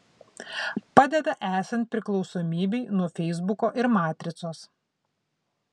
padeda esant priklausomybei nuo feisbuko ir matricos